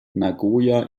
nagoya